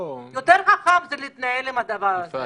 יותר חכם הוא להתנהל עם הדבר הזה.